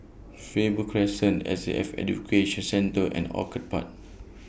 Faber Crescent S A F Education Centre and Orchid Park